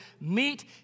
meet